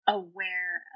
aware